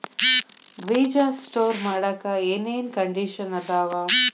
ಬೇಜ ಸ್ಟೋರ್ ಮಾಡಾಕ್ ಏನೇನ್ ಕಂಡಿಷನ್ ಅದಾವ?